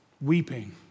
weeping